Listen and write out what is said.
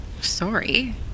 Sorry